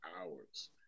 hours